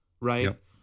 right